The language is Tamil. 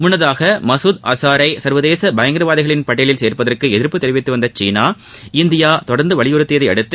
முன்னர் மசூத் அசாரை சர்வதேச பயங்கரவாதிகள் பட்டியலில் சேர்ப்பதற்கு எதிர்ப்பு தெரிவித்து வந்த சீனா இந்தியா தொடர்ந்து வலியுறுத்தியதை அடுத்து